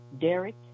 Derek